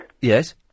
Yes